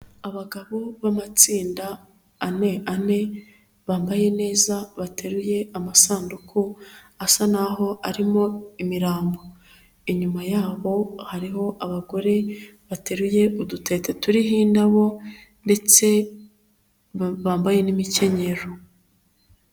Abagabo b'amatsinda ane ane, bambaye neza bateruye amasanduku asa n'aho arimo imirambo, inyuma yabo hariho abagore bateruye udutete turiho indabo ndetse bambaye n'imikenyero.